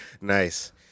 Nice